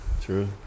true